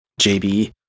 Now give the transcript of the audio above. jb